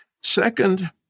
Second